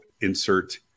insert